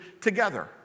together